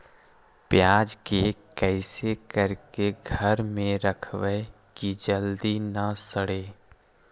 प्याज के कैसे करके घर में रखबै कि जल्दी न सड़ै?